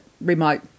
remote